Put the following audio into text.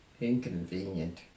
inconvenient